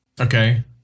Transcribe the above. Okay